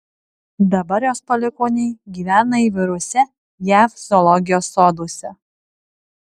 dabar jos palikuoniai gyvena įvairiuose jav zoologijos soduose